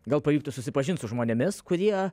gal pavyktų susipažint su žmonėmis kurie